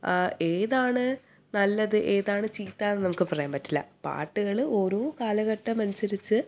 ഏതാണ് നല്ലത് ഏതാണ് ചീത്ത നമുക്ക് പറയാൻ പറ്റില്ല പാട്ടുകൾ ഓരോ കാലഘട്ടമനുസരിച്ച്